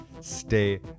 stay